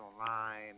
online